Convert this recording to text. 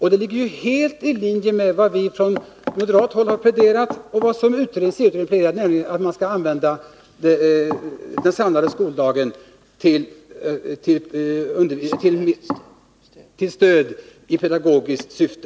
Det ligger helt i linje med vad vi från moderat håll och vad man från utredningen har pläderat för, nämligen att den samlade skoldagen skall användas till stöd i pedagogiskt syfte.